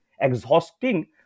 exhausting